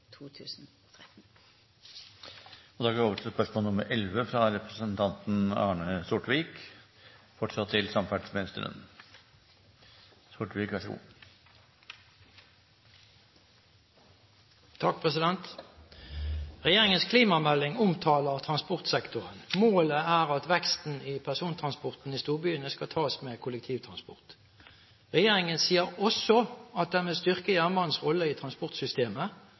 klimamelding omtaler transportsektoren. Målet er at veksten i persontransporten i storbyene skal tas med kollektivtransport. Regjeringen sier også at den vil styrke jernbanens rolle i transportsystemet,